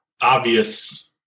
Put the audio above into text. Obvious